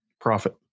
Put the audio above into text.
profit